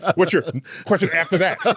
what's your question after that?